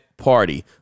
party